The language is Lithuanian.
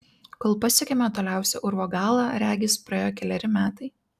kol pasiekėme toliausią urvo galą regis praėjo keleri metai